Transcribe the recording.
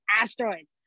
asteroids